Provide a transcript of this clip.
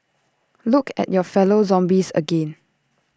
look at your fellow zombies again